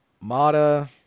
Mata